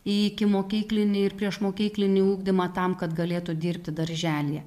į ikimokyklinį ir priešmokyklinį ugdymą tam kad galėtų dirbti darželyje